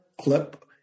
clip